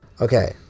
Okay